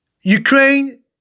Ukraine